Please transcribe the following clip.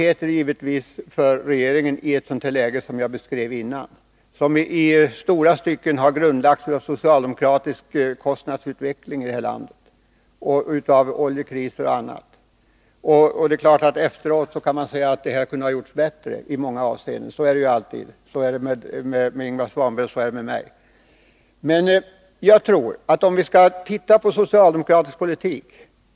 Ett sådant läge som jag beskrev tidigare, som i stora stycken har förorsakats av den socialdemokratiska kostnadsutvecklingen, oljekriser och annat, har givetvis inneburit svårigheter för regeringen. Det är klart att man efteråt kan säga att mycket i många avseenden kunde har gjorts bättre. Så är det alltid — så är det med Ingvar Svanberg och så är det med mig. Men låt oss titta på den socialdemokratiska politiken.